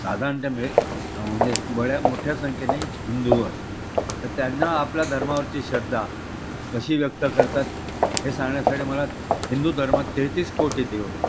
साधारण त्यामुळे म्हणजे बड्या मोठ्या संख्यने हिंदू आहे तर त्यांना आपल्या धर्मावरची श्रद्धा कशी व्यक्त करतात हे सांगण्यासाठी मला हिंदू धर्मात तेहेतीस कोटी देव आहे